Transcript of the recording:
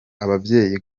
ababyeyi